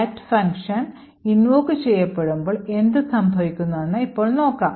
fact function invoke ചെയ്യപ്പെട്മ്പോൾ എന്തുസംഭവിക്കുമെന്ന് ഇപ്പോൾ നോക്കാം